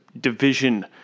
division